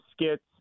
skits